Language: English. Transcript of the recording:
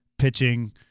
Pitching